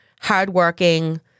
hardworking